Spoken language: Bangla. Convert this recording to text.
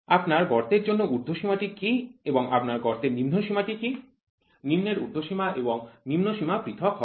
আপনার গর্তের জন্য ঊর্ধ্বসীমা টি কী এবং আপনার গর্তের নিম্নসীমা টি কী নিম্নের ঊর্ধ্বসীমা এবং নিম্নসীমা পৃথক হবে